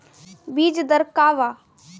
बीज दर का वा?